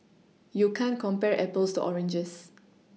you can't compare Apples to oranges